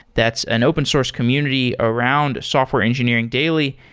that's an open source community around software engineering daily,